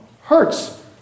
hurts